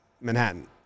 Manhattan